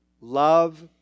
Love